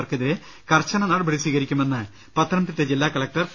വർക്കെതിരെ കർശന നടപടി സ്വീകരിക്കുമെന്ന് പത്തനംതിട്ട ജില്ലാ കലക്ടർ പി